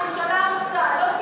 אבל הוא לא עונה, הוא לא עונה.